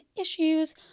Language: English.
issues